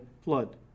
Flood